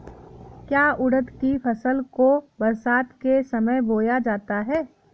क्या उड़द की फसल को बरसात के समय बोया जाता है?